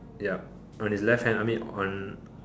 ya on his left hand I mean on